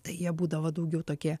tai jie būdavo daugiau tokie